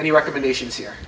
any recommendations here